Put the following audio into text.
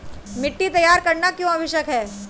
मिट्टी तैयार करना क्यों आवश्यक है?